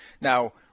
Now